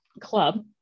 Club